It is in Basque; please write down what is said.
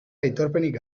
aitorpenik